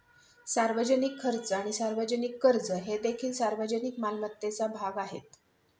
सार्वजनिक खर्च आणि सार्वजनिक कर्ज हे देखील सार्वजनिक मालमत्तेचा भाग आहेत